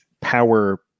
power